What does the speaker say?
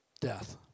Death